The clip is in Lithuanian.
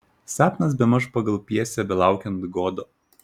sapnas bemaž pagal pjesę belaukiant godo